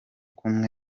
kumwe